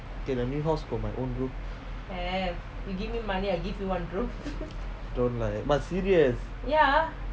okay the new house got my own room don't lie but serious